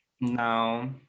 No